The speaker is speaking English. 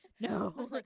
No